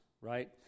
right